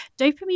dopamine